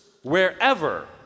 Wherever